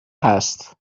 هست